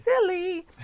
silly